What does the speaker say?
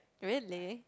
really